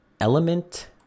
Element